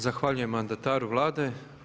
Zahvaljujem mandataru Vlade.